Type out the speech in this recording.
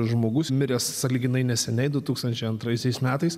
žmogus miręs sąlyginai neseniai du tūkstančiai antraisiais metais